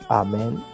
amen